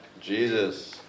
Jesus